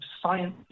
science